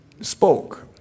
spoke